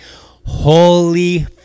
holy